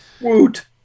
Woot